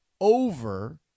over